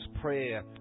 Prayer